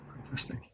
Fantastic